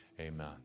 Amen